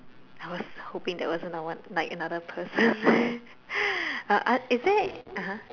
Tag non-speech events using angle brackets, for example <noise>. I was hoping that was another one like another person <laughs> uh uh is there uh-huh